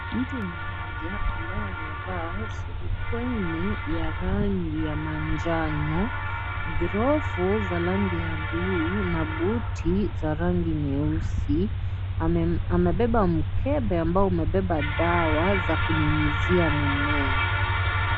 Mtu mmoja ambaye amevaa surupwenye ya rangi ya manjano, glovu za rangi ya buluu, na buti za rangi nyeusi amebeba mkebe ambayo imebeba dawa ambayo ni ya kunyunyizia mimea.